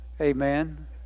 Amen